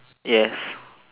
yes